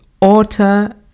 author